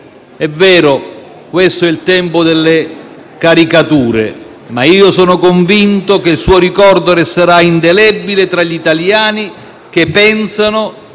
È vero, questo è il tempo delle caricature, ma sono convinto che il suo ricordo resterà indelebile tra gli italiani, che pensano